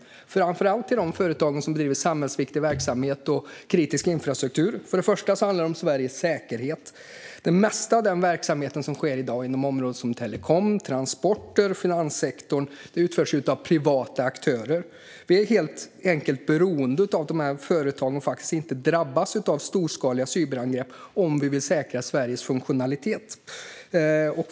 Det gäller framför allt de företag som driver samhällsviktig verksamhet och kritisk infrastruktur. För det första handlar det om Sveriges säkerhet. Det mesta av den verksamhet som sker i dag inom områden som telekom, transporter och finanssektor utförs av privata aktörer. Vi är helt enkelt beroende av att företagen inte drabbas av storskaliga cyberangrepp, om vi vill säkra Sveriges funktionalitet.